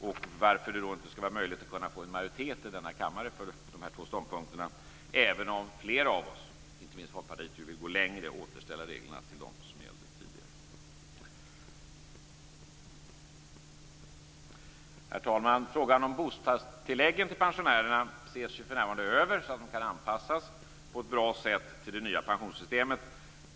Vidare: Varför skulle det inte vara möjligt att få en majoritet i kammaren för de här två ståndpunkterna, även om flera av oss, inte minst Folkpartiet, vill gå längre och återställa reglerna till det som gällde tidigare? Herr talman! Frågan om bostadstilläggen till pensionärerna ses ju för närvarande över, så att bostadstilläggen kan anpassas på ett bra sätt till det nya pensionssystemet.